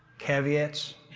caveats.